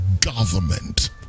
government